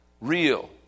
real